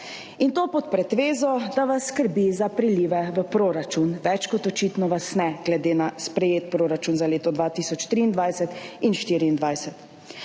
in to pod pretvezo, da vas skrbi za prilive v proračun, več kot očitno vas ne, glede na sprejet proračun za leto 2023 in 2024.